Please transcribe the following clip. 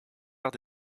arts